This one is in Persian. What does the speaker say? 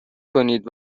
کنید